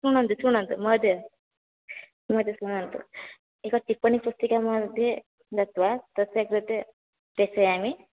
श्रुण्वन्तु श्रुण्वन्तु महोदय महोदय श्रुण्वन्तु एक टिप्पणीपुस्तिका मध्ये दत्वा तस्य कृते प्रेषयामि